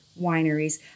wineries